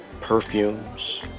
perfumes